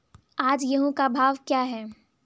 आज गेहूँ का भाव क्या है?